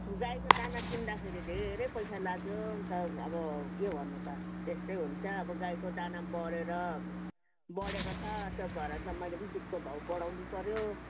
गाईको दाना किन्दाखेरि धेरै पैसा लाग्यो अन्त अब के भन्नु त त्यस्तै हुन्छ अब गाईको दाना बढेर बढेको छ त्यो भएर मैले पनि दुधको भाउ बढाउनु पर्यो